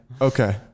okay